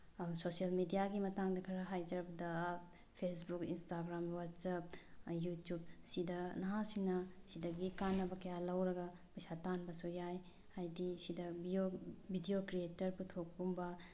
social ꯃꯦꯗꯤꯌꯥꯒꯤ ꯃꯇꯥꯡꯗ ꯈꯔ ꯍꯥꯏꯖꯔꯕꯗ ꯐꯦꯁꯕꯨꯛ ꯏꯟꯇꯥꯒ꯭ꯔꯥꯝ ꯋꯥꯆꯞ ꯌꯨꯇꯨꯞ ꯁꯤꯗ ꯅꯍꯥꯁꯤꯡꯅ ꯁꯤꯗꯒꯤ ꯀꯥꯟꯅꯕ ꯀꯌꯥ ꯂꯧꯔꯒ ꯄꯩꯁꯥ ꯇꯥꯟꯕꯁꯨ ꯌꯥꯏ ꯍꯥꯏꯗꯤ ꯁꯤꯗ ꯕꯤꯗꯤꯑꯣ ꯀ꯭ꯔꯤꯌꯦꯇꯔ ꯄꯨꯊꯣꯛꯄꯒꯨꯝꯕ